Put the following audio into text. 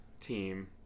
team